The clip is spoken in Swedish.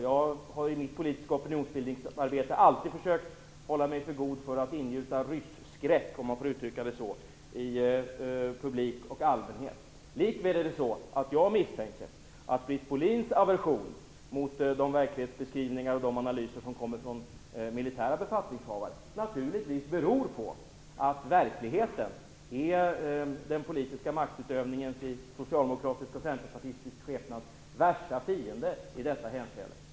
Jag har i mitt politiska opinionsbildningsarbete alltid försökt att hålla mig för god för att ingjuta rysskräck, om man får uttrycka det så, i publik och allmänhet. Likväl misstänker jag att Britt Bohlins aversion mot militära befattningshavares verklighetsbeskrivningar och analyser naturligtvis beror på att verkligheten är den politiska maktutövningens, i socialdemokratisk och centerpartistisk skepnad, värsta fiende i detta hänseende.